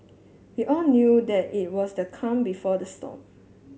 we all knew that it was the calm before the storm